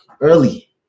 early